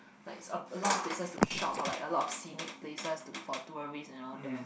like a lot of business to shop or like a lot of scenic places to for tourists and all there